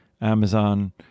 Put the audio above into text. Amazon